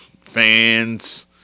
fans